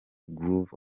groove